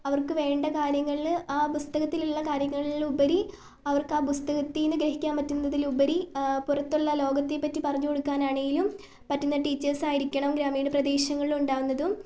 അവർക്ക് വേണ്ട കാര്യങ്ങളിൽ ആ പുസ്തകത്തിലുള്ള കാര്യങ്ങളിലുപരി അവർക്ക് ആ പുസ്തകത്തിൽനിന്ന് ഗ്രഹിക്കാൻ പറ്റുന്നതിലുപരി പുറത്തുള്ള ലോകത്തെപ്പറ്റി പറഞ്ഞ് കൊടുക്കാനാണെങ്കിലും പറ്റുന്ന ടീച്ചേർസായിരിക്കണം ഗ്രാമീണ പ്രദേശങ്ങളിൽ ഉണ്ടാകുന്നതും